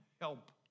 help